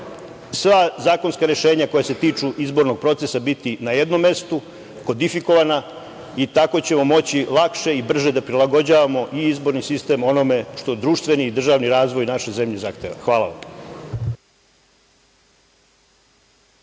sva zakonska rešenja koja se tiču izbornog procesa biti na jednom mestu, kodifikovana i tako ćemo moći laške i brže da prilagođavamo i izborni sistem onome što društveni i državni razvoj naše zemlje zahteva. Hvala.